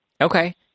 Okay